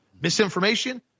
misinformation